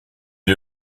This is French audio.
est